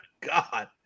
God